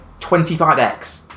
25x